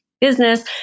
business